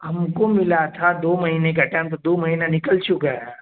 ہم کو ملا تھا دو مہینے کا ٹائم تو دو مہینہ نکل چکا ہے